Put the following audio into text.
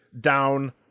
down